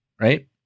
right